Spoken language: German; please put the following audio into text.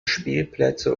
spielplätze